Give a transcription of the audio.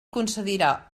concedirà